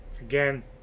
again